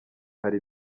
hari